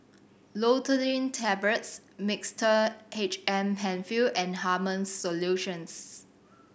Loratadine Tablets Mixtard H M Penfill and Hartman's Solutions